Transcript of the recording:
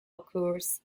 occurs